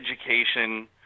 education